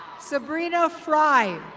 sabrina fly.